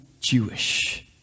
Jewish